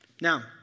Now